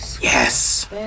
Yes